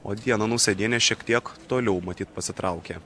o diana nausėdienė šiek tiek toliau matyt pasitraukia